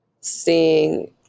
seeing